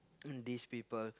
in these people